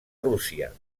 rússia